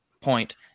point